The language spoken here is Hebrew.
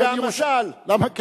למה,